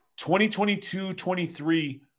2022-23